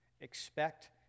Expect